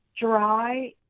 dry